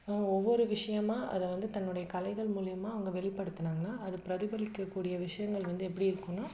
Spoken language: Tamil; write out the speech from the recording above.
ஒவ்வொரு விஷயமாக அதை வந்து தன்னுடைய கலைகள் மூலிமா அவங்க வெளிப்படுத்தினாங்கன்னா அது பிரதிபலிக்கக்கூடிய விஷயங்கள் வந்து எப்படி இருக்கும்னா